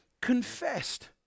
confessed